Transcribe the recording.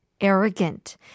arrogant